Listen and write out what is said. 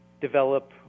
develop